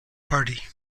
party